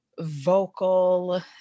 vocal